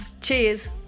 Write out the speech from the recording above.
Cheers